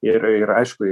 ir ir aišku